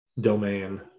domain